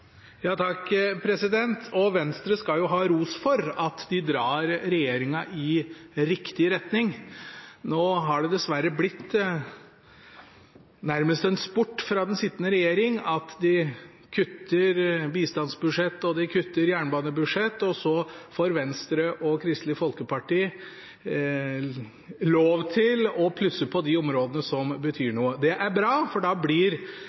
Venstre skal ha ros for at de drar regjeringen i riktig retning. Nå har det dessverre blitt nærmest en sport for den sittende regjering at de kutter i bistandsbudsjett, de kutter i jernbanebudsjett, og så får Venstre og Kristelig Folkeparti lov til å plusse på de områdene som betyr noe. Det er bra, for da